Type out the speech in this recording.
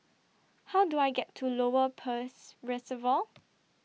How Do I get to Lower Peirce Reservoir